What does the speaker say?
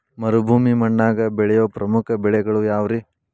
ಮರುಭೂಮಿ ಮಣ್ಣಾಗ ಬೆಳೆಯೋ ಪ್ರಮುಖ ಬೆಳೆಗಳು ಯಾವ್ರೇ?